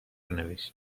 نوشت